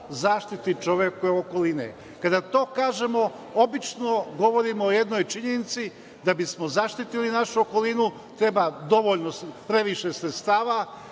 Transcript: zaštiti čovekove okoline. Kada to kažemo, obično govorimo o jednoj činjenici – da bismo zaštitili našu okolinu treba previše sredstava,